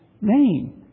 name